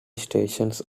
stations